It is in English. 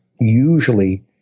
usually